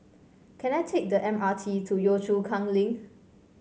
can I take the M R T to Yio Chu Kang Link